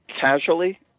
casually